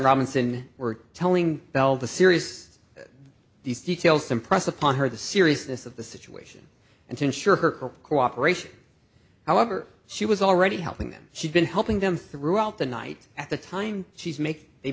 robinson were telling bell the serious these details impress upon her the seriousness of the situation and to ensure her cooperation however she was already helping them she'd been helping them throughout the night at the time she's make they